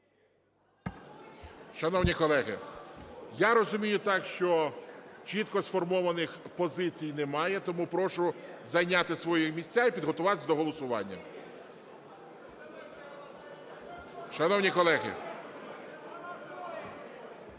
Шановні колеги, я розумію так, що чітко сформованих позицій немає, тому прошу зайняти свої місця і підготуватись до голосування. (Шум у залі)